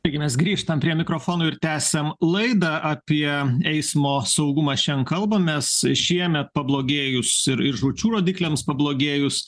taigi mes grįžtam prie mikrofono ir tęsiam laidą apie eismo saugumą šian kalbamės šiemet pablogėjus ir ir žūčių rodikliams pablogėjus